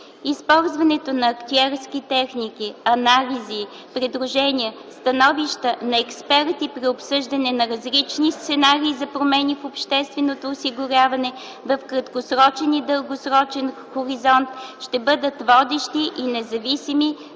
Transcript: Използването на актюерски техники, анализи, предложения, становища на експерти при обсъждане на различни сценарии за промени в общественото осигуряване в краткосрочен и дългосрочен хоризонт ще бъдат водещи и независими